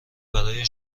برا